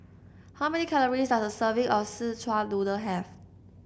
how many calories does a serving of Szechuan Noodle have